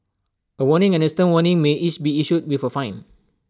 A warning and A stern warning may each be issued with A fine